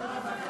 עם הזקן.